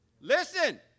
Listen